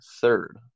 third